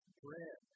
bread